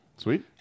Sweet